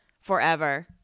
forever